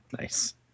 Nice